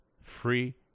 Free